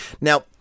Now